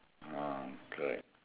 ah okay